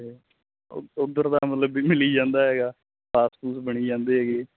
ਉਧਰ ਦਾ ਮਤਲਬ ਵੀ ਮਿਲੀ ਜਾਂਦਾ ਹੈਗਾ ਪਾਸ ਪੁਸ ਬਣੀ ਜਾਂਦੇ ਹੈਗੇ